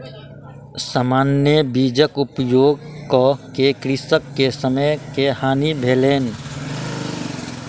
सामान्य बीजक उपयोग कअ के कृषक के समय के हानि भेलैन